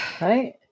Right